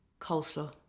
coleslaw